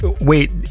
Wait